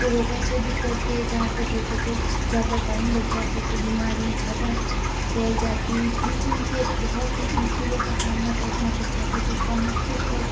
तो वू कैसे भी करके जहाँ तक हो सके ज़्यादा टाइम लग जाता तो बीमारियां ज़्यादा फैल जाती है इस बीच उनके बहुत ही मुश्किलों का सामना करना पड़ जाता है जिसका मुख्यतः